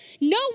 No